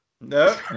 No